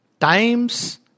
time's